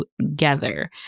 together